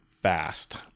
Fast